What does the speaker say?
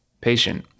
patient